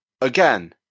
again